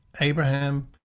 Abraham